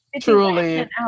truly